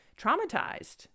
traumatized